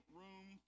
room